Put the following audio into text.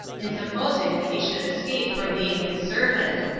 in supposing that he should escape from being his servant,